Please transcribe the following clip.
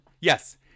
Yes